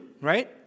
right